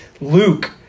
Luke